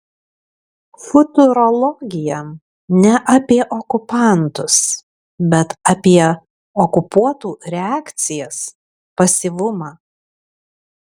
futurologija ne apie okupantus bet apie okupuotų reakcijas pasyvumą